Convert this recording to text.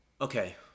Okay